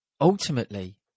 ultimately